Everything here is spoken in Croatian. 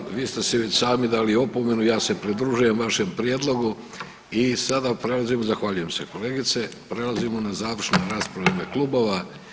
Hvala vam, vi ste si i sami dali opomenu, ja se pridružujem vašem prijedlogu i sada prelazimo, zahvaljujem se kolegice, prelazimo na završnu raspravu u ime klubova.